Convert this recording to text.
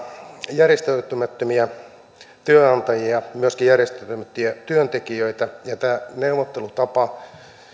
järjestäytymättömiä työnantajia ja myöskin järjestäytymättömiä työntekijöitä ja tämä neuvottelutapa